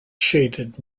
shaded